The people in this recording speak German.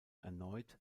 erneut